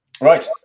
Right